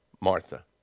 Martha